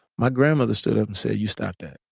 my grandmother stood up and said, you stop that.